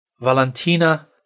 Valentina